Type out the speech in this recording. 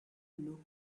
look